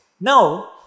Now